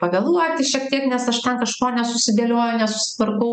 pavėluoti šiek tiek nes aš ten kažko nesusidėlioju nesusitvarkau